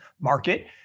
market